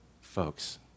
Folks